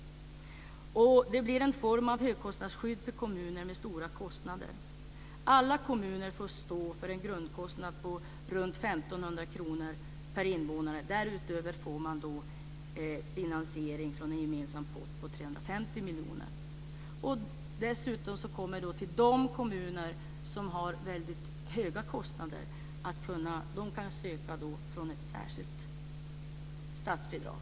Det blir en form av högkostnadsskydd för kommuner med stora kostnader. Alla kommuner får stå för en grundkostnad på ca 1 500 kr per invånare. Kostnader därutöver finansieras ur en gemensam pott på 350 miljoner. De kommuner som har extremt höga kostnader har dessutom möjlighet att ansöka om ett särskilt statsbidrag.